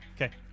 okay